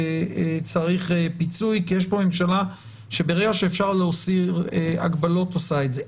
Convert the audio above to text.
וצריך פיצוי כי יש כאן ממשלה שברגע שאפשר להסיר הגבלות עושה זאת.